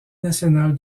national